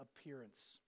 appearance